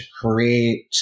create